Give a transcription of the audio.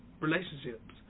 relationships